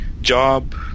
job